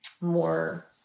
more